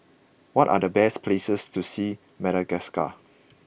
what are the best places to see Madagascar